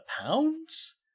pounds